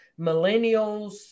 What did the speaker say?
millennials